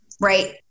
right